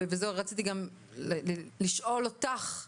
ורציתי גם לשאול אותך: